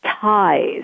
ties